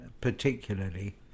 particularly